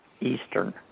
Eastern